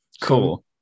Cool